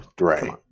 right